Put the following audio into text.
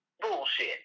Bullshit